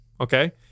Okay